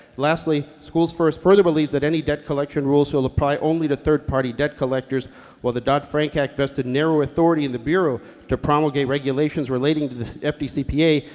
lastly, schoolsfirst further believes that any debt collection rules will apply only to third-party debt collectors or the dodd-frank act-vested narrow authority in the bureau to promulgate regulations relating to the fdcpa,